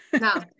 No